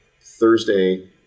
Thursday